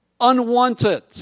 unwanted